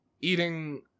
eating